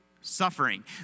suffering